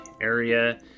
area